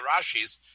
Rashis